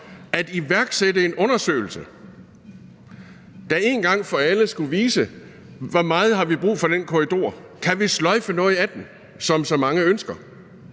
at iværksætte en undersøgelse, der en gang for alle skulle vise, hvor meget vi har brug for den korridor. Kan vi sløjfe noget af den, som så mange ønsker?